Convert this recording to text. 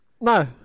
No